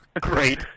Great